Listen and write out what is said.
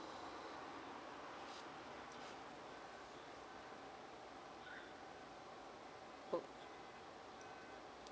oh